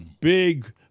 big